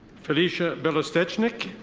felicia belostecinic.